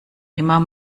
immer